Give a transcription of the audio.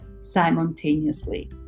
simultaneously